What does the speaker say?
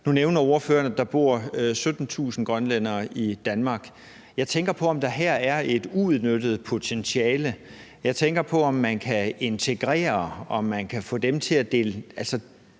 Nu nævner ordføreren, at der bor 17.000 grønlændere i Danmark. Jeg tænker på, om der her er et uudnyttet potentiale. Jeg tænker på, om man kan integrere det og kan få dem til at være